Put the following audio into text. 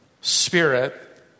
spirit